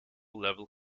level